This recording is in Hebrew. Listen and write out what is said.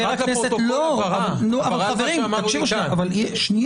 מה שאני רוצה בעיקר לומר זה לגבי ההצעה שהעלינו מספר אנשים לפני שנתיים